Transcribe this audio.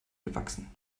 gewachsen